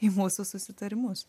į mūsų susitarimus